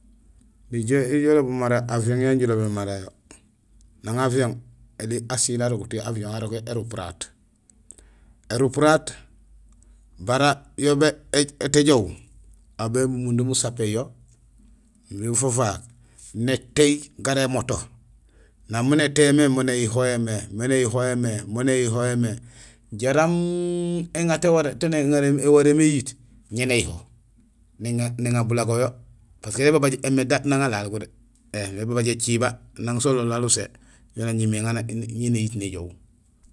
Nijool injé iloob mara avion yan jilobémé mara yo. Nang avion, éli asiil alobut yo avion, gurégé érupuraat. Ērupulaat bara yo éét éjoow, aw bémundum usapéén yo imbi nufafaak, nétééy gara émoto; nang mun nétéyé mé mo néyuhowé mé. mo néyuhowé mé, mo néyuhowé mé jaraam éŋa taan éwaréén mé éyiit ñé néyuho, néŋa bulago yo; parce que nébabaaj éméda nang alaal, éém ébabaaj éciba nang sololaal usé yo néñumé éŋa miin éyiit néjoow.